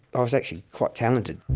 i was actually quite talented.